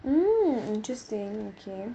mm interesting okay